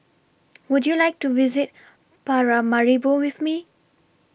Would YOU like to visit Paramaribo with Me